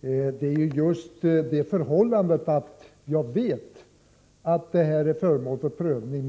Jag vet att frågan är föremål för prövning.